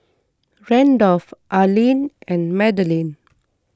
Randolf Arlyne and Madalyn